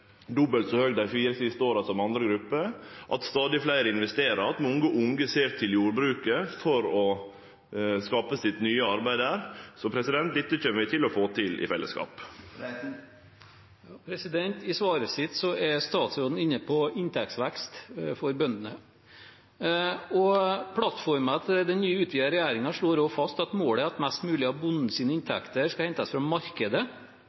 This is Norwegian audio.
dei fire siste åra har vore dobbelt så høg som for andre grupper, at stadig fleire investerer, at mange unge ser til jordbruket for å skape sitt nye arbeid der. Så dette kjem vi til å få til i fellesskap. I svaret er statsråden inne på inntektsvekst for bøndene. Plattformen til den nye, utvidede regjeringen slår fast at målet er at mest mulig av bondens inntekter skal hentes fra markedet,